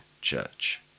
church